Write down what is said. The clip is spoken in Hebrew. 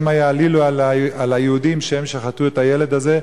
שמא יעלילו על היהודים שהם שחטו את הילד הזה,